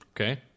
Okay